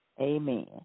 Amen